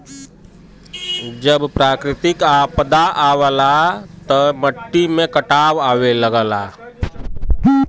जब प्राकृतिक आपदा आवला त मट्टी में कटाव आवे लगला